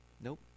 Nope